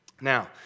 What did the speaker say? Now